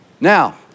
Now